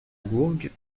gourgue